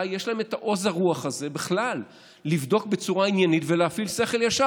ממתי יש להם עוז הרוח הזה בכלל לבדוק בצורה עניינית ולהפעיל שכר ישר,